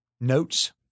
notes